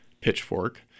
Pitchfork